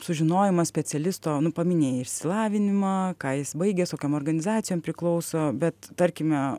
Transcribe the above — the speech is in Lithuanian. sužinojimas specialisto nu paminėjai išsilavinimą ką jis baigė su kokiom organizacijom priklauso bet tarkime